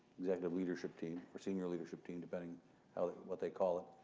executive leadership team or senior leadership team, depending what they call it,